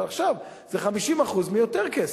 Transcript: אבל זה 50% מיותר כסף.